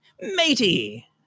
Matey